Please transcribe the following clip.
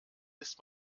ist